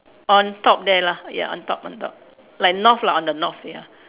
on top there lah ya on top on top like North lah on the North ya